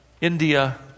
India